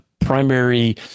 primary